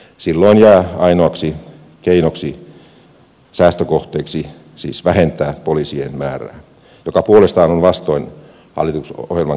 silloin jää ainoaksi keinoksi säästökohteeksi siis vähentää poliisien määrää mikä puolestaan on vastoin hallitusohjelman kirjausta